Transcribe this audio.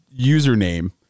username